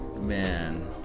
man